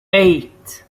eight